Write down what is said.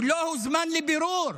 הוא לא הוזמן לבירור.